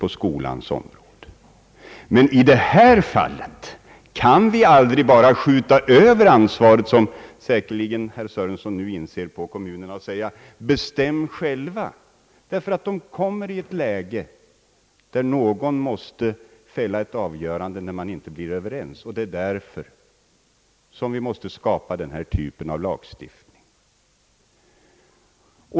Beträffande kommunindelningen kan vi emellertid aldrig bara skjuta över ansvaret på kommunerna, som herr Sörenson säkerligen inser, och säga åt dem att själva bestämma. De kommer nämligen i ett läge när de inte är överens, och någon annan måste då fälla ett avgörande. Det är därför vi är tvungna att skapa denna typ av lagstiftning.